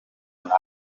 nanga